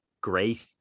great